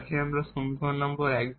আমরা সমীকরণ নম্বর 1 বলি